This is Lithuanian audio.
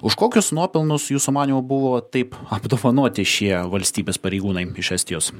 už kokius nuopelnus jūsų manymu buvo taip apdovanoti šie valstybės pareigūnai iš estijos